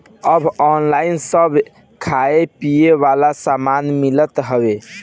अब ऑनलाइन सब खाए पिए वाला सामान मिलत हवे